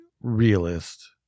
realist